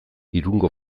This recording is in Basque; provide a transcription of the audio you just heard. irungo